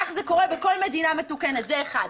כך זה קורה בכל מדינה מתוקנת זה אחד.